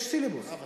יש סילבוס.